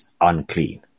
unclean